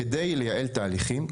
כדי לייעל תהליכים,